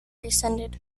descended